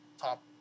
top